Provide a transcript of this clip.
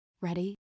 Ready